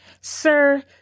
Sir